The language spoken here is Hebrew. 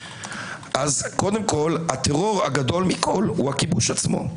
אז קודם כל הטרור הגדול מכל הוא הכיבוש עצמו.